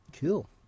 Cool